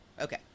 Okay